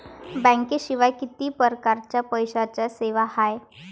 बँकेशिवाय किती परकारच्या पैशांच्या सेवा हाय?